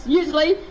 usually